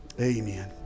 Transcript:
Amen